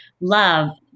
love